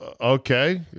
Okay